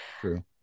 True